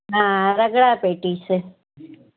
हा रगिड़ा पेटीस